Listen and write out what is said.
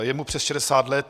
Je mu přes 60 let.